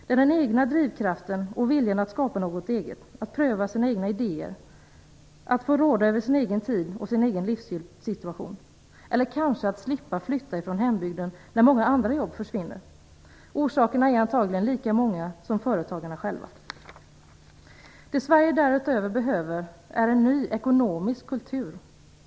Det är den egna drivkraften och viljan att skapa något eget, att pröva sina egna idéer, att få råda över sin egen tid och sin egen livssituation eller kanske att slippa flytta från hembygden när många andra jobb försvinner. Orsakerna är antagligen lika många som företagarna själva. Det Sverige därutöver behöver är en ny ekonomisk kultur.